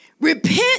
Repent